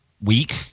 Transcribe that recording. week